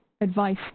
advice